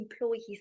employees